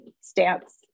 stance